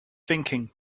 thinking